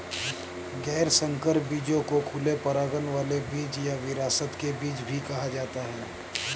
गैर संकर बीजों को खुले परागण वाले बीज या विरासत के बीज भी कहा जाता है